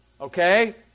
Okay